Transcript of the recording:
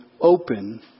open